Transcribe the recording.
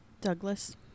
Douglas